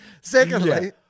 Secondly